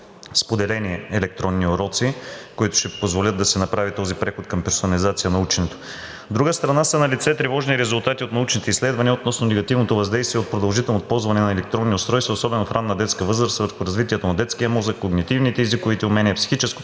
– споделени електронни уроци, които ще позволят да се направи този преход към персонализация на ученето. От друга страна, са налице тревожни резултати от научните изследвания относно негативното въздействие от продължително ползване на електронни устройства, особено в ранна детска възраст, върху развитието на детския мозък, когнитивните и езиковите умения, психическото